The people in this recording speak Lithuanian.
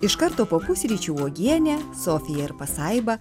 iš karto po pusryčių uogienė sofija ir pasaiba